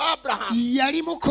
Abraham